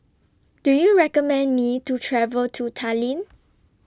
Do YOU recommend Me to travel to Tallinn